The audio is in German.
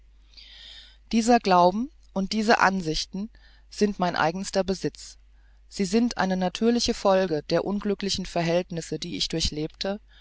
dieser glauben und diese ansichten sind mein eigenster besitz sie sind eine natürliche folge der unglückseligen verhältnisse die ich durchlebt